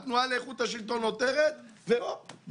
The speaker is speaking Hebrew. התנועה לאיכות השלטון עותרת והופ,